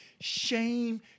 Shame